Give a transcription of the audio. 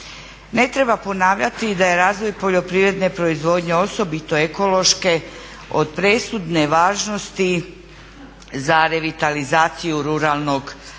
Ne treba ponavljati da je razvoj poljoprivredne proizvodnje osobito ekološke od presudne važnosti za revitalizaciju ruralnog područja.